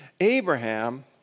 Abraham